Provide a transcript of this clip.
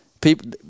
people